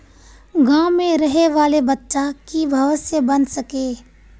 गाँव में रहे वाले बच्चा की भविष्य बन सके?